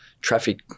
traffic